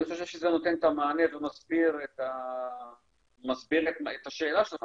אני חושב שזה נותן את המענה ומסביר את השאלה שלך,